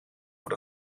voor